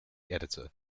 editor